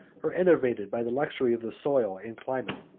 are enervated by the luxury of the soil and climate.